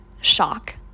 shock